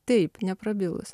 taip neprabilus